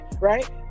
Right